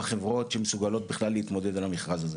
חברות שמסוגלות בכלל להתמודד על המכרז הזה,